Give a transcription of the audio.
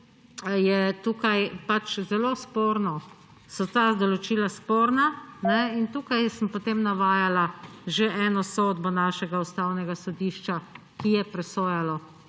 so tukaj pač zelo sporna ta določila in tukaj sem potem navajala že eno sodbo našega ustavnega sodišča, ki je presojalo